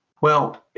well,